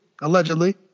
Allegedly